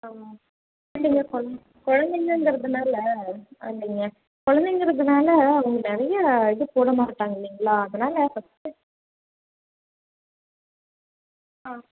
ஆமாம் குழந்தைங்களுக்கு வந்து குழந்தைங்கங்குறதனால அப்படிங்க குழந்தைங்கங்குறதனால அவங்க நிறைய இது போடமாட்டாங்க இல்லைங்களா அதனால் ஃபஸ்ட்டு ஆ